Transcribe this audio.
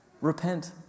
repent